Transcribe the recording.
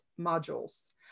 modules